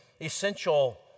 essential